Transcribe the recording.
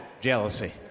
jealousy